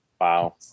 Wow